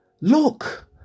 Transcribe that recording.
look